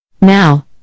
Now